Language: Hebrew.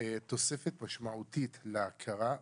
תוספת משמעותית להכרה,